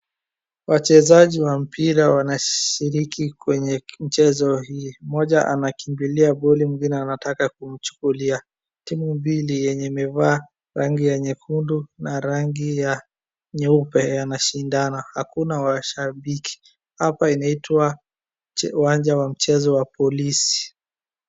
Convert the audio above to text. Wachezaji wa mpira wanashiriki kwenye mchezo huu, mmoja anakimbilia boli, mwingine anataka kumchukulia. Timu mbili zenye zimevaa rangi ya nyekundu na rangi ya nyeupe zinashindana, Hakuna mashabiki. Hapa inaitwa uwanja wa mchezo wa polisi.